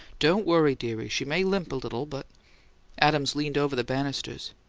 don't worry, dearie. she may limp a little, but adams leaned over the banisters.